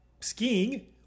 skiing